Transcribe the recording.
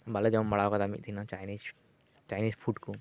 ᱵᱟᱞᱮ ᱡᱚᱢ ᱵᱟᱲᱟ ᱟᱠᱟᱫᱟ ᱢᱤᱫ ᱫᱤᱱ ᱦᱚᱸ ᱪᱟᱭᱱᱤᱡᱽ ᱪᱟᱭᱱᱤᱡᱽ ᱯᱷᱩᱰ ᱠᱚ